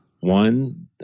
One